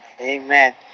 Amen